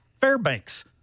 Fairbanks